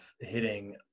hitting